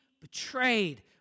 betrayed